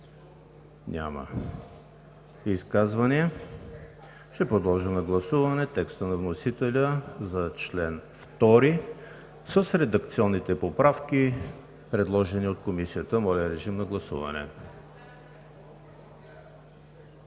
Няма. Ще подложа на гласуване текста на вносителя за чл. 2 с редакционните поправки, предложени от Комисията. Моля, гласувайте.